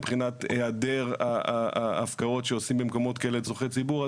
מבחינת העדר ההפקעות שעושים במקומות כאלה לצרכי ציבור.